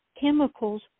chemicals